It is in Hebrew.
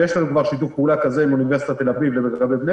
יש לנו כבר שיתוף פעולה כזה עם אוניברסיטת לגבי בני-ברק,